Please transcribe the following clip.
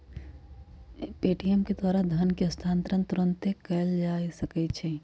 Paytm के द्वारा धन के हस्तांतरण तुरन्ते कएल जा सकैछइ